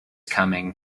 coming